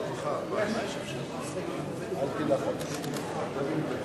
חוק אגרה בעבור רשות השידור (הקפאת ההפחתה באגרה) (תיקוני חקיקה),